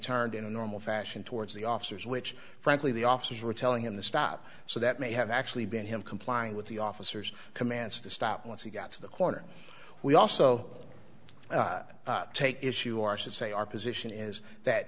turned in a normal fashion towards the officers which frankly the officers were telling him to stop so that may have actually been him complying with the officers commands to stop once he got to the corner we also take issue our should say our position is that